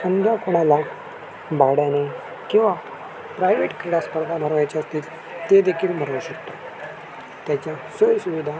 समजा कोणाला भाड्याने किंवा प्रायवेट क्रीडा स्पर्धा भरवायचे असतील ते देखील भरवू शकतो त्याच्या सोयी सुविधा